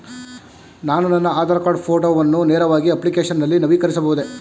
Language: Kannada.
ನಾನು ನನ್ನ ಆಧಾರ್ ಕಾರ್ಡ್ ಫೋಟೋವನ್ನು ನೇರವಾಗಿ ಅಪ್ಲಿಕೇಶನ್ ನಲ್ಲಿ ನವೀಕರಿಸಬಹುದೇ?